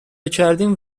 کردیم